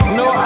no